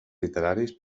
literaris